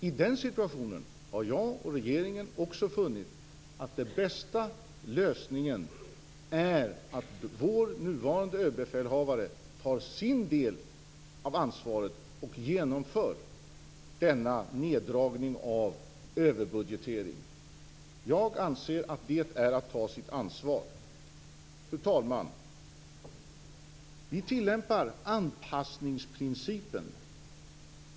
I den situationen har jag och även regeringen funnit att den bästa lösningen är den att vår nuvarande överbefälhavare tar sin del av ansvaret och genomför denna neddragning av överbudgetering. Jag anser att det är att ta sitt ansvar. Fru talman! Vi tillämpar anpassningsprincipen.